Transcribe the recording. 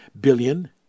billion